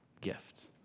gift